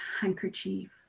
handkerchief